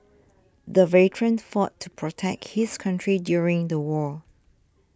the veteran fought to protect his country during the war